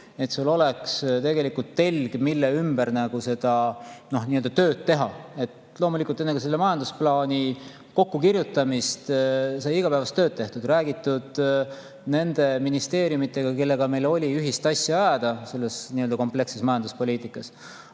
et meil oleks tegelikult telg, mille ümber nagu seda tööd teha. Loomulikult, enne selle majandusplaani kokkukirjutamist sai igapäevast tööd tehtud, räägitud nende ministeeriumidega, kellega meil oli ühist asja ajada selles kompleksses majanduspoliitikas.